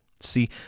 See